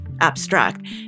abstract